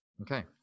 Okay